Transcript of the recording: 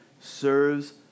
serves